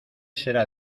será